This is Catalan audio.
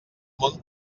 món